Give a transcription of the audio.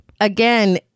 Again